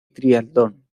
triatlón